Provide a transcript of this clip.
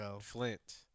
Flint